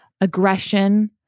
aggression